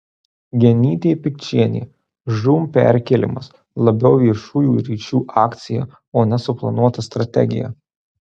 genytė pikčienė žūm perkėlimas labiau viešųjų ryšių akcija o ne suplanuota strategija